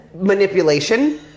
manipulation